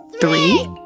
three